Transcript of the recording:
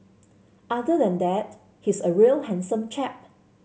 other than that he's a real handsome chap